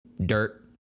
dirt